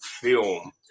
film